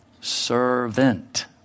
Servant